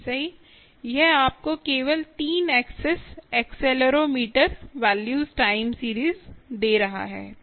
यह आपको केवल three axis accelerometer value time series दे रहा है